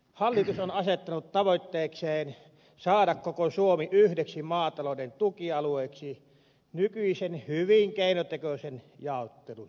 hallitus on asettanut tavoitteekseen saada koko suomi yhdeksi maatalouden tukialueeksi nykyisen hyvin keinotekoisen jaottelun sijaan